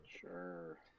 Sure